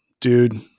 dude